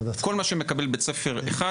כל מה שמקבל בית ספר אחד,